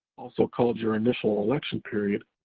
also called your initial election period,